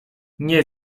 nie